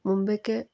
മുമ്പൊക്കെ